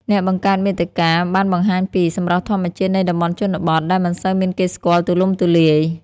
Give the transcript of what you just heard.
អ្នកបង្កើតមាតិកាបានបង្ហាញពី សម្រស់ធម្មជាតិនៃតំបន់ជនបទ ដែលមិនសូវមានគេស្គាល់ទូលំទូលាយ។